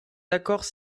accords